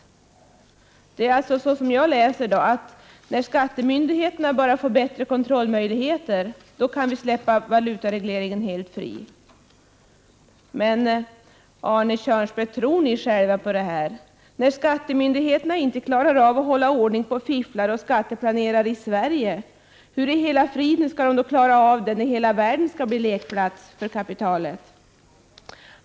Det innebär alltså, såvitt jag förstår, att när skattemyndigheterna får bättre kontrollmöjligheter kan valutaregleringen släppas helt fri. Arne Kjörnsberg, tror socialdemokraterna själva på det här? När skattemyndigheterna inte Prot. 1988/89:121 klarar av att hålla ordning på fifflarna och skatteplanerarna i Sverige, hur i hela friden skall de klara av det när hela världen blir lekplats för det svenska kapitalet?